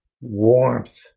Warmth